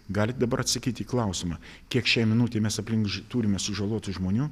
galit dabar atsakyti į klausimą kiek šiai minutei mes aplink turime sužalotų žmonių